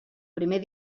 primer